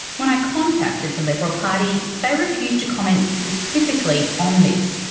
when i contacted the liberal party, they refused to comment specifically on this,